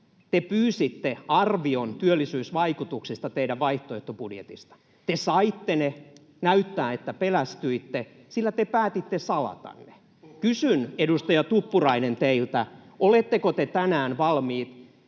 te pyysitte arvion teidän vaihtoehtobudjetin työllisyysvaikutuksista — te saitte ne, ja näyttää, että pelästyitte, sillä te päätitte salata ne. Kysyn, edustaja Tuppurainen, teiltä: Oletteko te tänään valmiit